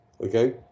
okay